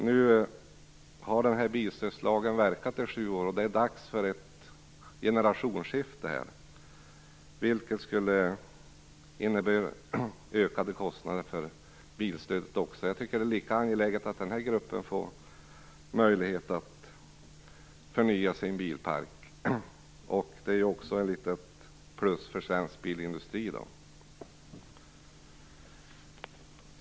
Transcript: Nu har ju bilstödslagen verkat i ungefär sju år. Det är alltså dags för ett generationsskifte, vilket skulle innebära ökade kostnader också för bilstödet. Det är lika angeläget att nämnda grupp får möjlighet att förnya sin bilpark. Vidare vore det ett plus för svensk bilindustri i dag.